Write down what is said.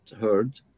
heard